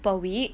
per week